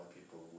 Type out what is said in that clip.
people